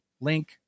link